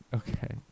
okay